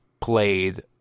played